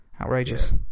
Outrageous